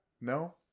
No